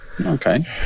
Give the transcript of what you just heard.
Okay